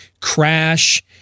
crash